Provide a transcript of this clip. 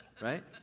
Right